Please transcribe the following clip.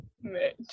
Mitch